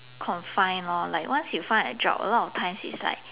confined lor like once you find a job a lot of times it's like